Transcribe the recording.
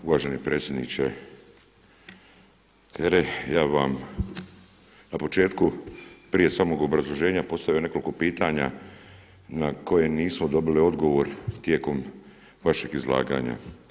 Uvaženi predsjedniče HERA-e ja bih vam na početku prije samog obrazloženja postavio nekoliko pitanja na koje nismo dobili odgovor tijekom vašeg izlaganja.